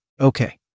okay